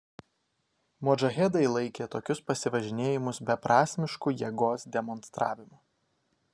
modžahedai laikė tokius pasivažinėjimus beprasmišku jėgos demonstravimu